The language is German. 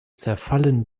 zerfallen